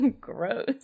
Gross